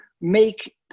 make